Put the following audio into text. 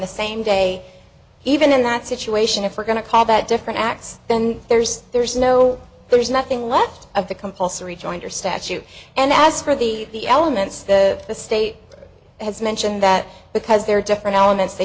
the same day even in that situation if we're going to call that different acts then there's there's no there's nothing left of the compulsory jointer statute and as for the elements the the state has mentioned that because there are different elements they